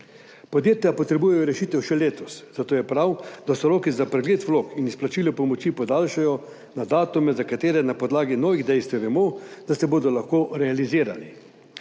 Podjetja potrebujejo rešitev še letos, zato je prav, da se roki za pregled vlog in izplačilo pomoči podaljšajo na datume, za katere na podlagi novih dejstev vemo, da se bodo lahko realizirali,